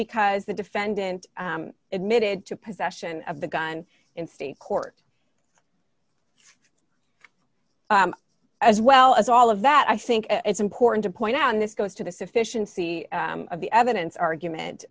because the defendant admitted to possession of the gun in state court as well as all of that i think it's important to point out and this goes to the sufficiency of the evidence argument